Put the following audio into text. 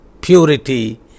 purity